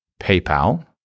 PayPal